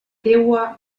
teua